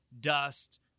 dust